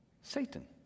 Satan